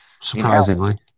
Surprisingly